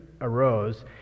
arose